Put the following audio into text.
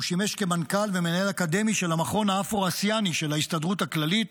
הוא שימש כמנכ"ל ומנהל אקדמי של המכון האפרו-אסייני של ההסתדרות הכללית